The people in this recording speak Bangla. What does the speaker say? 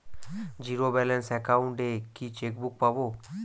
জীরো ব্যালেন্স অ্যাকাউন্ট এ কি চেকবুক পাব?